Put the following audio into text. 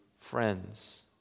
friends